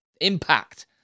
impact